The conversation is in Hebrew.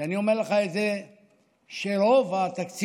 ואני אומר לך שרוב התקציב